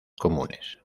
comunes